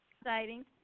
exciting